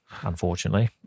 unfortunately